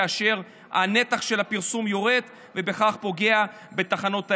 כאשר הנתח של הפרסום ירד ובכך פוגע בתחנות האלה.